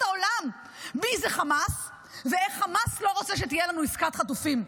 העולם מי זה חמאס ואיך חמאס לא רוצה שתהיה לנו עסקת חטופים.